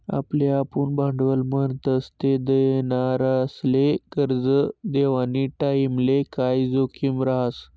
ज्याले आपुन भांडवल म्हणतस ते देनारासले करजं देवानी टाईमले काय जोखीम रहास